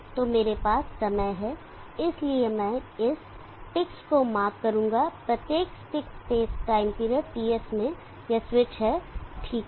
तो मेरे पास समय है इसलिए मैं इस टिक्स को मार्क करूंगा प्रत्येक sticks space time period TS में यह स्विच है ठीक है